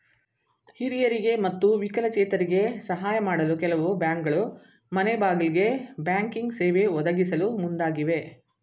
ಹಿರಿಯರಿಗೆ ಮತ್ತು ವಿಕಲಚೇತರಿಗೆ ಸಾಹಯ ಮಾಡಲು ಕೆಲವು ಬ್ಯಾಂಕ್ಗಳು ಮನೆಗ್ಬಾಗಿಲಿಗೆ ಬ್ಯಾಂಕಿಂಗ್ ಸೇವೆ ಒದಗಿಸಲು ಮುಂದಾಗಿವೆ